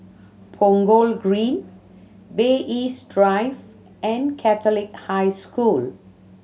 Punggol Green Bay East Drive and Catholic High School